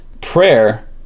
prayer